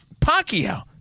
Pacquiao